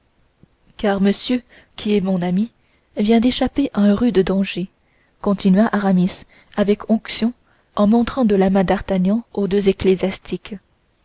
car monsieur qui est mon ami vient d'échapper à un rude danger continua aramis avec onction en montrant de la main d'artagnan aux deux